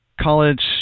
college